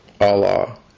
Allah